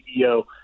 CEO